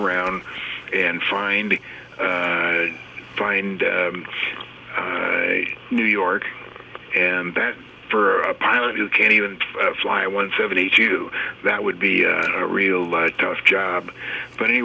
around and find find new york and that for a pilot you can't even fly one seventy two that would be a real tough job but